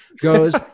goes